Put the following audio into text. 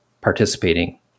participating